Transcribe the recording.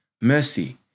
mercy